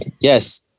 Yes